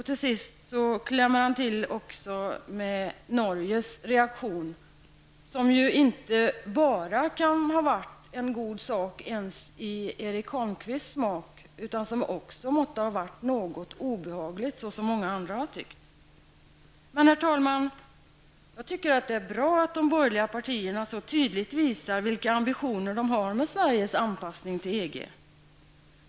Till sist klämmer Erik Holmkvist till med Norges reaktion, som inte bara kan ha varit en god sak ens i Erik Holmkvists smak, utan som också måste ha varit något obehagligt, såsom många andra har tyckt. Herr talman! Jag tycker att det är bra att de borgerliga partierna så tydligt visar vilka ambitioner de har med Sveriges anpassning till EG.